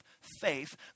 faith